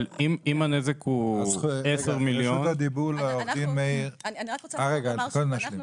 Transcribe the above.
אני רוצה לומר שאנחנו